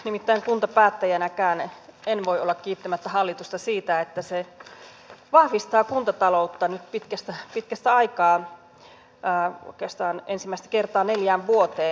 nimittäin kuntapäättäjänäkään en voi olla kiittämättä hallitusta siitä että se vahvistaa kuntataloutta nyt pitkästä aikaa oikeastaan ensimmäistä kertaa neljään vuoteen